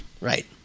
Right